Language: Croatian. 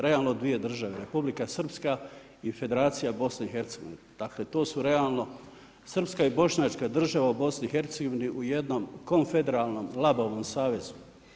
Realno 2 države, Republika Srpska i Federacija BIH, dakle to su realno srpska i bošnjačka država u BIH u jednom konfederalnom, labavom savezu.